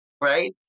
right